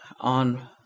on